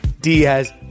Diaz